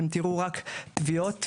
אתם תיראו רק תביעות וייצוג,